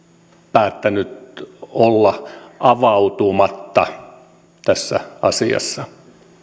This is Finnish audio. päättänyt olla avautumatta tässä asiassa